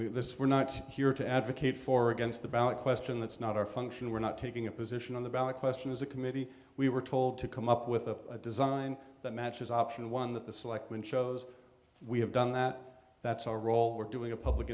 this we're not here to advocate for or against the ballot question that's not our function we're not taking a position on the ballot question as a committee we were told to come up with a design that matches option one that the selectmen shows we have done that that's our role we're doing a public